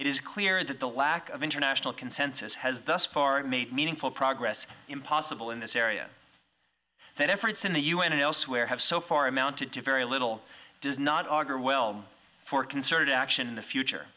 is clear that the lack of international consensus has thus far made meaningful progress impossible in this area that efforts in the un and elsewhere have so far amounted to very little does not auger well for concerted action in the future